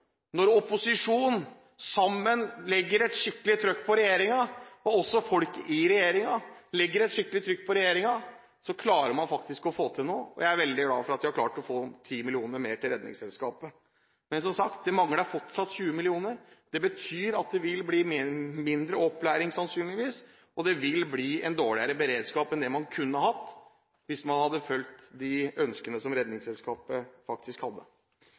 i regjeringen legger et skikkelig trykk på regjeringen, klarer man faktisk å få til noe, og jeg er veldig glad for at vi har klart å få 10 mill. kr mer til Redningsselskapet. Men, som sagt, det mangler fortsatt 20 mill. kr. Det betyr at det vil bli mindre opplæring – sannsynligvis – og det vil bli en dårligere beredskap enn det man kunne hatt hvis man hadde fulgt de ønskene som Redningsselskapet faktisk hadde.